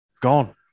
Gone